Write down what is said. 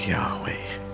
Yahweh